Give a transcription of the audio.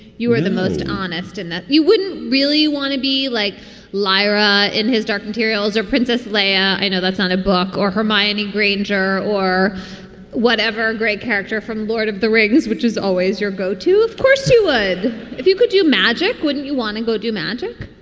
you are the most honest in that you wouldn't really want to be like lyra in his dark materials or princess leia. i know that's not a book or her miney granger or whatever. a great character from lord of the rings, which is always your go to. of course you would if you could do magic. wouldn't you want to go do magic?